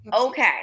Okay